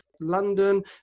London